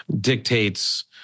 dictates